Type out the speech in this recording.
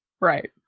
Right